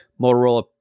Motorola